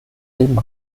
leben